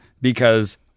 Because-